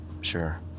sure